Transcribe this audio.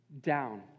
down